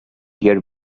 hear